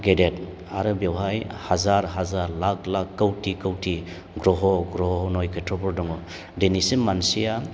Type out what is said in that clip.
गेदेद आरो बेवहाय हाजार हाजार लाख लाख खौथि खौथि ग्रह' ग्रह' नय खेथ्रफोर दङ दिनैसिम मानसिया